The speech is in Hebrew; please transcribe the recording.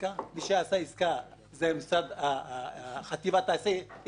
מי שעשה עסקה זה החטיבה תעשה עסקאות,